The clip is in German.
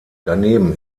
daneben